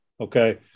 okay